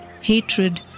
hatred